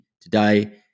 today